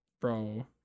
Bro